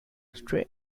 stray